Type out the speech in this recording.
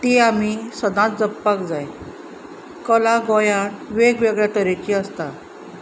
ती आमी सदांच जपपाक जाय कला गोंयांत वेगवेगळ्या तरेची आसता